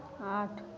आठ